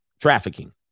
trafficking